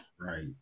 Right